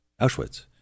Auschwitz